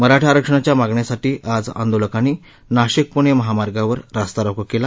मराठा आरक्षणाच्या मागणीसाठी आज आंदोलकांनी नाशिक पुणे महामार्गावर रास्ता रोको केला